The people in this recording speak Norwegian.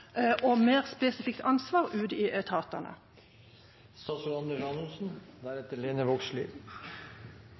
og mer spesifikt ansvar ute i etatene?